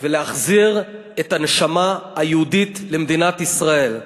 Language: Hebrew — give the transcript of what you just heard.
ולהחזיר את הנשמה היהודית למדינת ישראל.